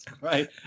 Right